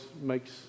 makes